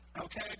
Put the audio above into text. Okay